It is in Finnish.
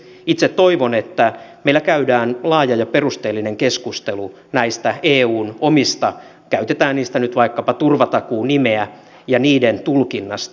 itse toivon että meillä käydään laaja ja perusteellinen keskustelu näistä eun omista turvatakuista käytetään niistä nyt vaikkapa sitä nimeä ja niiden tulkinnasta